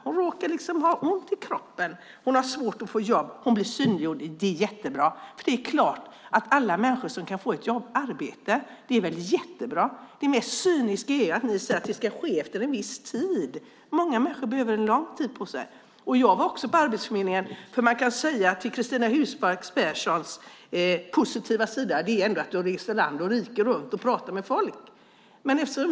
Hon råkar ha ont i kroppen och har svårt att få jobb. Hon blir synliggjord. Det är jättebra. Det är klart att det är jättebra att alla människor som kan ska få ett arbete. Det mer cyniska är att ni säger att det ska ske efter en viss tid. Många människor behöver lång tid på sig. Jag har också varit på arbetsförmedlingar. Och man kan säga att till Cristina Husmark Pehrssons positiva sida hör att hon reser land och rike runt och pratar med folk.